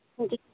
जी